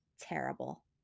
terrible